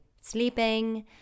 sleeping